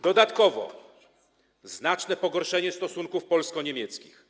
Dodatkowo nastąpiło znaczne pogorszenie stosunków polsko-niemieckich.